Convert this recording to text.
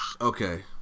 okay